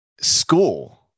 school